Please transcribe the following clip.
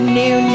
new